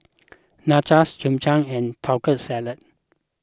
Nachos Japchae and Taco Salad